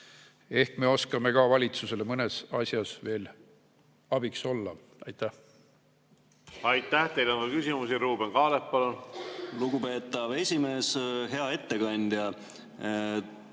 Ehk me oskame ka valitsusele mõnes asjas veel abiks olla. Aitäh! Aitäh! Teile on ka küsimusi. Ruuben Kaalep, palun! Lugupeetav esimees! Hea ettekandja!